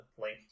link